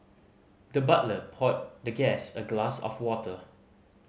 the butler poured the guest a glass of water